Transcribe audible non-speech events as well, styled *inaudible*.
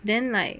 then like *noise*